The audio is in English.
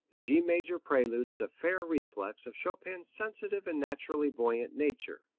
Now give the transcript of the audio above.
the g major prelude is a fair reflex of chopin's sensitive and naturally buoyant nature.